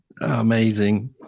Amazing